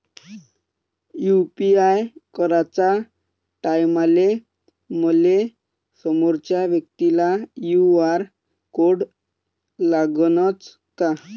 UPI कराच्या टायमाले मले समोरच्या व्यक्तीचा क्यू.आर कोड लागनच का?